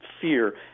fear